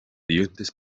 dientes